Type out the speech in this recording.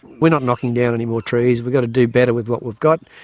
we're not knocking down any more trees, we've got to do better with what we've got.